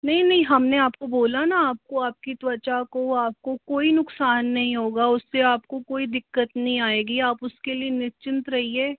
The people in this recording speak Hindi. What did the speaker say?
नही नहीं हमने आपको बोला ना आपको आपकी त्वचा को आपको कोई नुकसान नहीं होगा उससे आपको कोई दिक्कत नहीं आएगी आप उसके लिए निश्चिंत रहिए